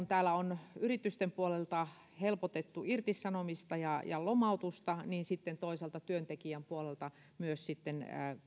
täällä on yritysten puolelta helpotettu irtisanomista ja ja lomautusta niin sitten toisaalta myös työntekijän puolelta